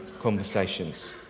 conversations